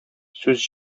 сүз